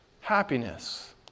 Happiness